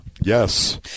Yes